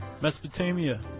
Mesopotamia